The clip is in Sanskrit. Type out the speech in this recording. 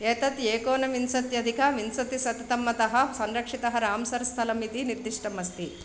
एतत् एकोनविंशत्यधिकविंशतिशतमतः संरक्षितः राम्सर् स्थलमिति निर्दिष्टम् अस्ति